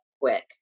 quick